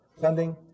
funding